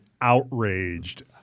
outraged